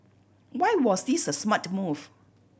why was this a smart move